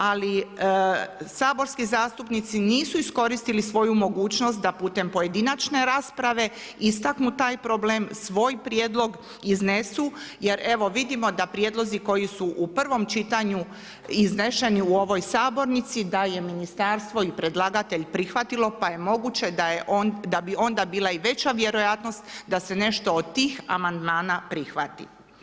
Ali saborski zastupnici nisu iskoristili svoju mogućnost da putem pojedinačne rasprave istaknu taj problem, svoj prijedlog iznesu jer evo vidimo da prijedlozi koji su u prvom čitanju izneseni u ovoj sabornici, da je ministarstvo i predlagatelj prihvatilo, pa je moguće da bi onda bila i veća vjerojatnost da se nešto od tih amandmana prihvati.